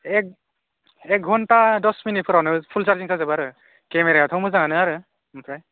एक घन्टा दस मिनिटफोरावनो फुल चारजिं जाजोबो आरो केमेरायाथ' मोजांआनो आरो ओमफ्राय